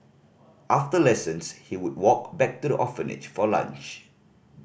after lessons he would walk back to the orphanage for lunch